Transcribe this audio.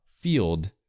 field